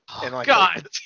God